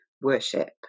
worship